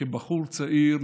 כבחור צעיר,